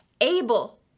Abel